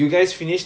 okay